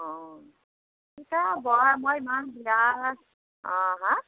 অঁ পিছে হ'ব মই ইমান বিয়া অঁ হাঁ